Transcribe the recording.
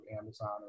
Amazon